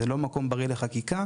זה לא מקום בריא לחקיקה.